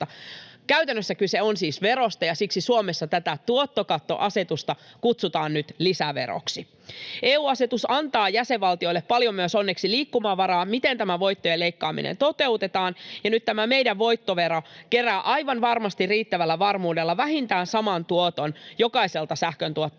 Käytännössä kyse on siis verosta, ja siksi Suomessa tätä tuottokattoasetusta kutsutaan nyt lisäveroksi. EU-asetus antaa jäsenvaltioille onneksi paljon myös liikkumavaraa, miten tämä voittojen leikkaaminen toteutetaan, ja nyt tämä meidän voittovero kerää aivan varmasti riittävällä varmuudella vähintään saman tuoton jokaiselta sähköntuottajalta